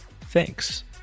Thanks